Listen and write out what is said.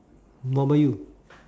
what about you